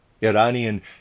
Iranian